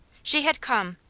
she had come,